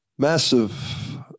Massive